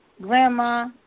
Grandma